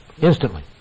Instantly